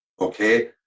okay